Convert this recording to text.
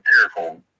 careful